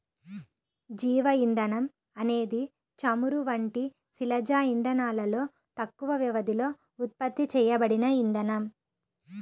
జీవ ఇంధనం అనేది చమురు వంటి శిలాజ ఇంధనాలలో తక్కువ వ్యవధిలో ఉత్పత్తి చేయబడిన ఇంధనం